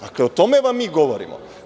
Dakle, o tome vam mi govorimo.